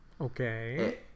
Okay